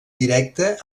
directa